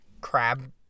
crab